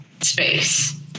space